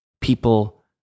people